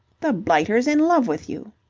the blighter's in love with you.